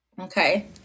Okay